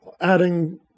adding